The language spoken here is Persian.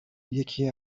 یکی